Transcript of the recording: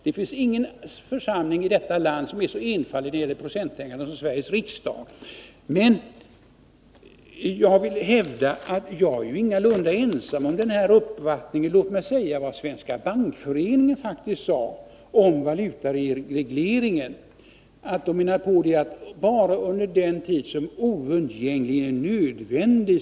Det finns ingen församling i detta land som är så ensidig när det gäller procenttänkande som Sveriges riksdag. Jag vill hävda att jag ingalunda är ensam om den här uppfattningen. Låt mig få återge vad Svenska bankföreningen sagt i sitt remissyttrande om valutaregleringen. Bankföreningen menar att valutaregleringen bör förlängas endast under den tid som är oundgängligen nödvändig.